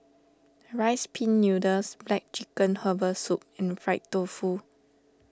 Rice Pin Noodles Black Chicken Herbal Soup and Fried Tofu